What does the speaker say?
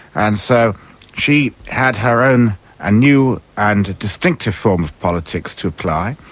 and so she had her own ah new and distinctive form of politics to apply.